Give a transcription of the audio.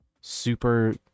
super